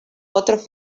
otros